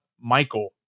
Michael